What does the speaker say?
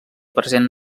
present